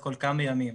אז כל כמה ימים,